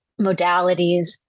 modalities